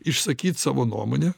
išsakyt savo nuomonę